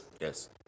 Yes